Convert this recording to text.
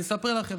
אני אספר לכם,